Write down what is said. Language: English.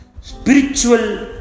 spiritual